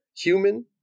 human